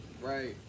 Right